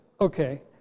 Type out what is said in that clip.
Okay